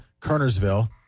Kernersville